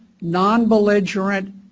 non-belligerent